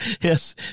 Yes